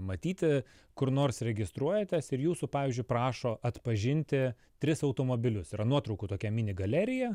matyti kur nors registruojatės ir jūsų pavyzdžiui prašo atpažinti tris automobilius yra nuotraukų tokia mini galerija